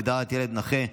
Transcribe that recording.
הגדרת ילד נכה),